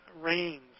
Rains